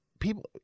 people